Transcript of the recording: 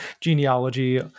Genealogy